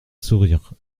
sourire